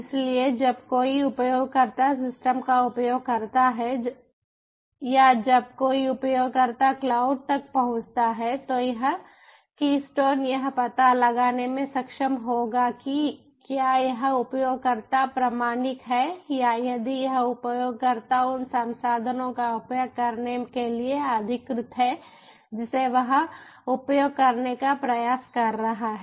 इसलिए जब कोई उपयोगकर्ता सिस्टम का उपयोग करता है या जब कोई उपयोगकर्ता क्लाउड तक पहुंचता है तो यह कीस्टोन यह पता लगाने में सक्षम होगा कि क्या यह उपयोगकर्ता प्रामाणिक है या यदि यह उपयोगकर्ता उन संसाधनों का उपयोग करने के लिए अधिकृत है जिसे वह उपयोग करने का प्रयास कर रहा है